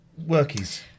workies